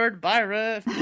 byron